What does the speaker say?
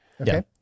Okay